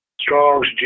Strong's